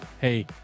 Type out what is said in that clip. Hey